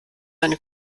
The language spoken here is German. deine